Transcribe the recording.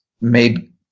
made